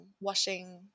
washing